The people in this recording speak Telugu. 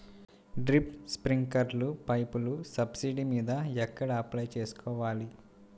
డ్రిప్, స్ప్రింకర్లు పైపులు సబ్సిడీ మీద ఎక్కడ అప్లై చేసుకోవాలి?